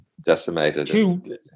decimated